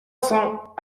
cents